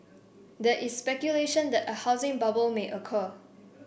there is speculation that a housing bubble may occur